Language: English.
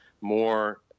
more